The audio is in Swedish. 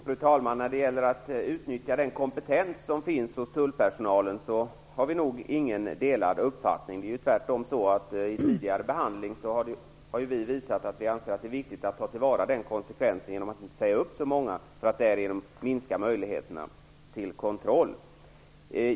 Fru talman! När det gäller att tullpersonalens kompetens skall utnyttjas har vi nog ingen delad uppfattning. Tvärtom har vi vid tidigare behandling visat att det är viktigt att ta till vara denna kompetens genom att inte säga upp så många, vilket annars skulle minska möjligheterna till kontroll.